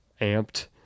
amped